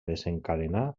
desencadenar